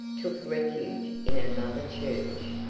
took refuge in another church.